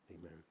amen